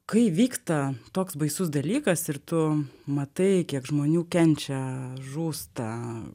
kai vyksta toks baisus dalykas ir tu matai kiek žmonių kenčia žūsta